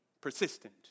persistent